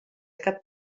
cap